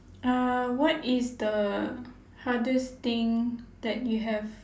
uh what is the hardest thing that you have